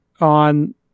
on